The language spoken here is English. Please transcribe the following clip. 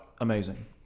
Amazing